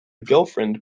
girlfriend